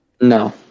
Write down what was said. No